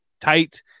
tight